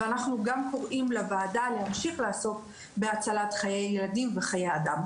ואנחנו גם קוראים לוועדה להמשיך לעסוק בהצלת חיי ילדים וחיי אדם,